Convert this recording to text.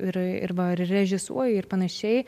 ir va režisuoji ir panašiai